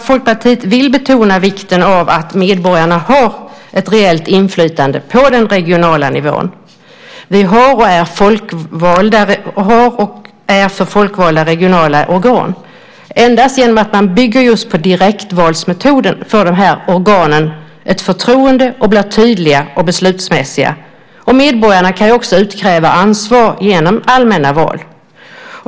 Folkpartiet vill betona vikten av att medborgarna har ett reellt inflytande på den regionala nivån. Vi har och är för folkvalda regionala organ. Endast genom att man bygger på direktvalsmetoden får dessa organ förtroende och blir tydliga och beslutsmässiga. Medborgarna kan också utkräva ansvar genom allmänna val.